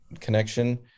connection